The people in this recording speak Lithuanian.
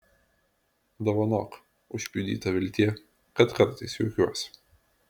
dovanok užpjudyta viltie kad kartais juokiuosi